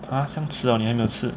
!huh! 这样迟了你还没有吃